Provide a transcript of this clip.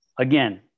again